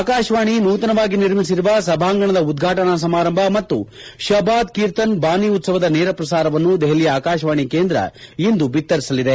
ಆಕಾಶವಾಣಿ ನೂತನವಾಗಿ ನಿರ್ಮಿಸಿರುವ ಸಭಾಂಗಣದ ಉದ್ಘಾಟನಾ ಸಮಾರಂಭ ಮತ್ತು ಶಬಾದ್ ಕೀರ್ತನ್ ಭಾನಿ ಉತ್ಪವದ ನೇರ ಪ್ರಸಾರವನ್ನು ದೆಹಲಿಯ ಆಕಾಶವಾಣಿ ಕೇಂದ್ರ ಇಂದು ಬಿತ್ತರಿಸಲಿದೆ